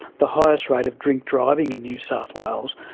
the highest rate of drink driving in new south wales,